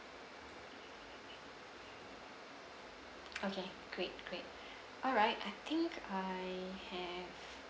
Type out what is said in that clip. okay great great alright I think I have